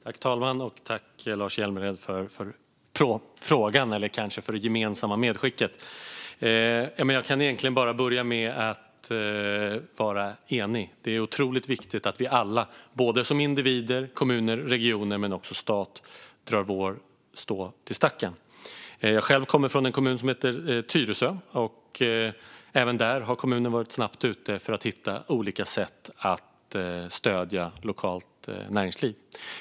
Fru talman! Tack, Lars Hjälmered, för frågan eller kanske snarare för det gemensamma medskicket! Jag kan bara vara enig. Det är otroligt viktigt att vi alla, både individer, kommuner, regioner och också staten, drar vårt strå till stacken. Själv kommer jag från en kommun som heter Tyresö. Även där har kommunen varit snabbt ute för att hitta olika sätt att stödja lokalt näringsliv.